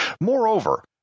Moreover